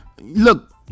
look